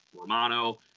Romano